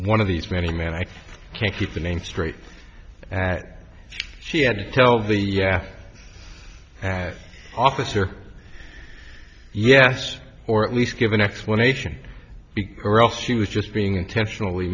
one of these many men i can keep the names straight that she had to tell the as officer yes or at least give an explanation or else she was just being intentionally